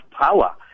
power